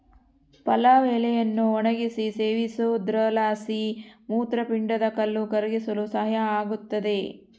ಪಲಾವ್ ಎಲೆಯನ್ನು ಒಣಗಿಸಿ ಸೇವಿಸೋದ್ರಲಾಸಿ ಮೂತ್ರಪಿಂಡದ ಕಲ್ಲು ಕರಗಿಸಲು ಸಹಾಯ ಆಗುತ್ತದೆ